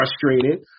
frustrated